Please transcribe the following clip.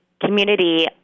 community